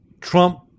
Trump